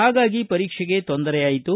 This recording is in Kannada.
ಪಾಗಾಗಿ ಪರೀಕ್ಷೆಗೆ ತೊಂದರೆಯಾಯಿತು